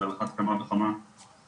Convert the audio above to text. אז על אחת כמה וכמה במרכז.